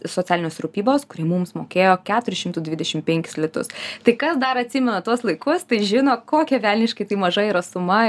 socialinės rūpybos kurį mums mokėjo keturis šimtus dvidešimt penkis litus tai kas dar atsimena tuos laikus tai žino kokia velniškai tai maža yra suma